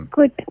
Good